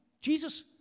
Jesus